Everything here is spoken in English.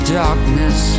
darkness